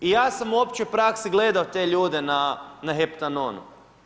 I ja sam u općoj praksi gledao te ljude na heptanonu.